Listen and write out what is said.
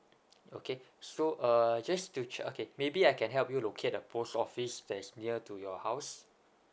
okay so uh just to check okay maybe I can help you locate a post office that is near to your house